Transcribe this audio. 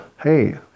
hey